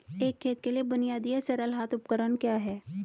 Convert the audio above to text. एक खेत के लिए बुनियादी या सरल हाथ उपकरण क्या हैं?